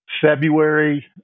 February